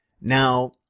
Now